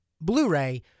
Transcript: Blu-ray